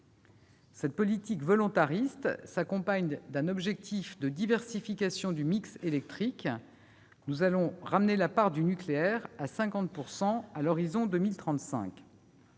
Cette politique volontariste s'accompagne d'un objectif de diversification du mix électrique : nous allons réduire la part du nucléaire à 50 % à l'horizon de 2035.